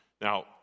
Now